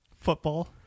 Football